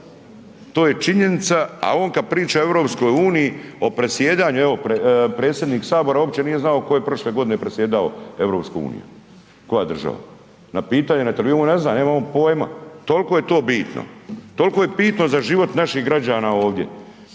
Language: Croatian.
To je činjenica. A on kada priča o EU o predsjedanju, evo predsjednik Sabora uopće nije znao tko je prošle godine predsjedao EU, koja država. Na pitanje, na intervjuu on ne zna, nema on pojma, toliko je to bitno. Toliko je bitno za život naših građana ovdje.